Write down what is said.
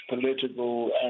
political